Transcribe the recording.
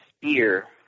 Spear